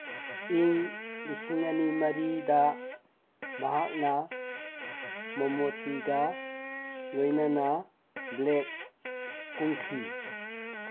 ꯏꯪ ꯂꯤꯁꯤꯡ ꯑꯅꯤ ꯃꯔꯤꯗ ꯃꯍꯥꯛꯅ ꯃꯣꯃꯣꯇꯤꯒ ꯂꯣꯏꯅꯅ ꯕ꯭ꯂꯦꯛ ꯀꯨꯝꯈꯤ